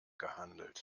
gehandelt